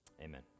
Amen